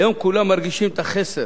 היום כולם מרגישים את החסר